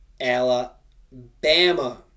Alabama